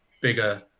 bigger